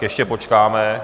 Ještě počkáme.